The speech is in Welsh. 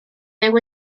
byw